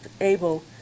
able